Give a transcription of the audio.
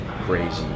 crazy